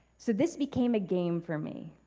so, this became a game for me.